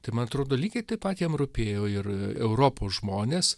tai man atrodo lygiai taip pat jam rūpėjo ir europos žmonės